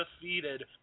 defeated